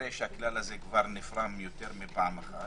כנראה שהכלל הזה כבר נפרם יותר מפעם אחת,